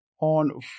On